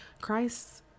Christ